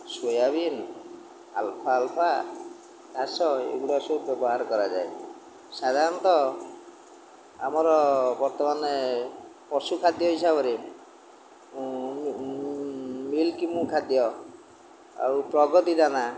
soybean ଆଲ୍ଫା ଆଲ୍ଫା ଚାସ ଏଗୁଡ଼ା ସବୁ ବ୍ୟବହାର କରାଯାଏ ସାଧାରଣତଃ ଆମର ବର୍ତ୍ତମାନେ ପଶୁ ଖାଦ୍ୟ ହିସାବରେ ମିଲ୍କି ମୁଁ ଖାଦ୍ୟ ଆଉ ପ୍ରଗତି ଦାନା